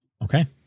Okay